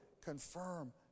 confirm